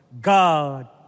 God